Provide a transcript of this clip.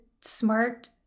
smart